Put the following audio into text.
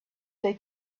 they